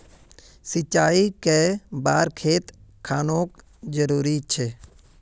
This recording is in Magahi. सिंचाई कै बार खेत खानोक जरुरी छै?